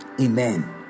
Amen